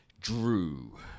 Drew